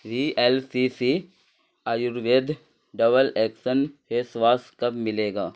وی L C C Ayurved double action face wash کب ملے گا